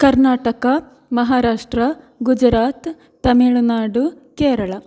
Karnataka Maharashtra Gujarat Tamil Nadu Kerala